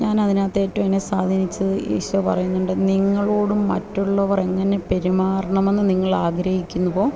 ഞാൻ അതിനകത്ത് ഏറ്റവും എന്നെ സ്വാധീനിച്ചത് ഈശോ പറയുന്നുണ്ട് നിങ്ങളോടു മറ്റുള്ളവർ എങ്ങനെ പെരുമാറണമെന്നു നിങ്ങൾ ആഗ്രഹിക്കുന്നുവോ